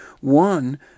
One